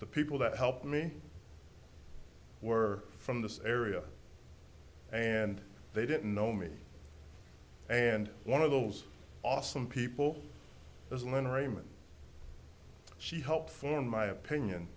the people that helped me were from this area and they didn't know me and one of those awesome people is lynn raman she helped form my opinion